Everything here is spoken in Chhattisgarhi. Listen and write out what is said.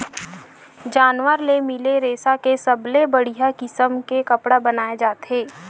जानवर ले मिले रेसा के सबले बड़िया किसम के कपड़ा बनाए जाथे